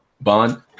Bond